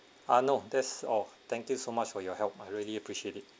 ah no that's all thank you so much for your help I really appreciate it